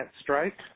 strike